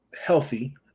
healthy